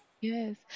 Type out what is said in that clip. Yes